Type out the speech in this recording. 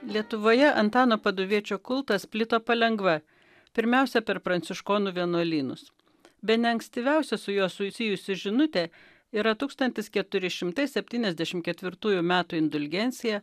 lietuvoje antano paduviečio kultas plito palengva pirmiausia per pranciškonų vienuolynus bene ankstyviausia su juo susijusi žinutė yra tūkstantis keturi šimtai septyniasdešim ketvirtų metų indulgencija